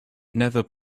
nether